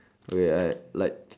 wait I at like like like